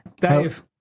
Dave